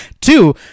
Two